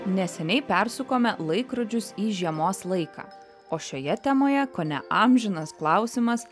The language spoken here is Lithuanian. neseniai persukome laikrodžius į žiemos laiką o šioje temoje kone amžinas klausimas